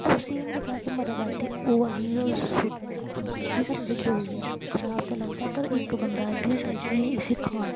उस्सी एह् निं दिक्खना कि ओह् मरे दा ऐ ते ओह् असें गी सु'ट्टना ऐ ओह् बी साढ़े बास्तै जरूरी ऐ खराब ते लगदा ऐ पर इक बंदा एह् बी होंदा ऐ कि इस्सी खाना ऐ